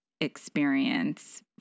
experience